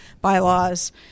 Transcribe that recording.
bylaws